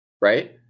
right